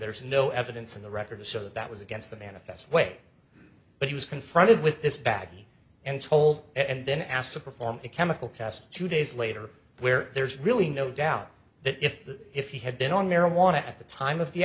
there was no evidence in the record to show that was against the manifest way but he was confronted with this bag and told and then asked to perform a chemical test two days later where there's really no doubt that if if he had been on marijuana at the time of the